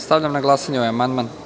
Stavljam na glasanje ovaj amandman.